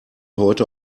heute